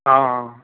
ਹਾਂ